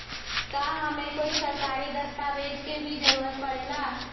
का हमे कोई सरकारी दस्तावेज के भी जरूरत परे ला?